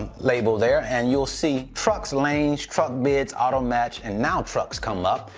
label there, and you'll see trucks lanes, truck beds, auto match, and now trucks come up,